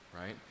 right